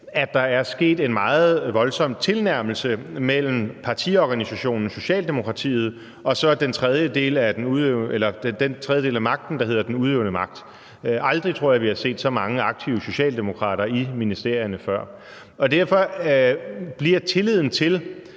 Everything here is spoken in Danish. at der er sket en meget voldsom tilnærmelse mellem partiorganisationen Socialdemokratiet og så den tredjedel af magten, der hedder den udøvende magt. Jeg tror aldrig vi har set så mange aktive socialdemokrater i ministerierne før. Derfor bliver tilliden,